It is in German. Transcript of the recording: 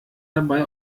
dabei